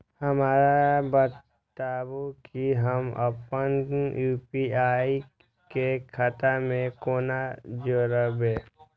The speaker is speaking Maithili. हमरा बताबु की हम आपन यू.पी.आई के खाता से कोना जोरबै?